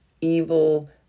evil